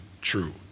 true